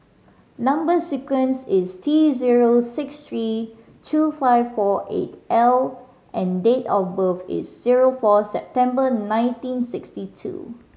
number sequence is T zero six three two five four eight L and date of birth is zero four September nineteen sixty two